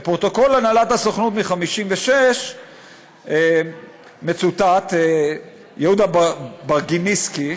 בפרוטוקול הנהלת הסוכנות מ-1956 מצוטט יהודה ברגיניסקי,